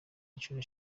inshuro